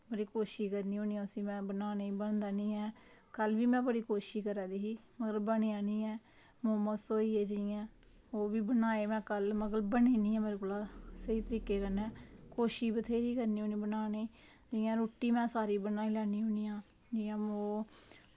बड़ी कोशिश करनी आं में उसी बनाने दी पर बनदा निं ऐ कल्ल बी में बड़ी कोशिश करा दी पर ओह् बनदा निं ऐ मोमोस होइये जियां ओह्बी बनाए में कल पर बने नेईं स्हेई तरीके कन्नै कोशिश बथ्हेरी करनी होन्नी बनाने दी जियां रुट्टी में सारी बनाई लैन्नी होन्नी आं जियां ओह्